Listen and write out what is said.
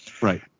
right